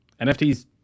nfts